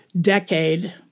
Decade